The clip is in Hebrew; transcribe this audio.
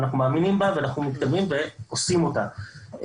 אנחנו מאמינים בה ואנחנו מתקדמים ועושים אותה.